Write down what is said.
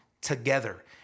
together